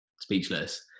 speechless